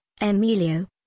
Emilio